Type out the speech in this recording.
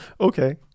okay